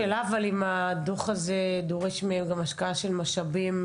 השאלה אם הדוח הזה דורש מהם גם השקעה של משאבים?